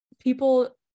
people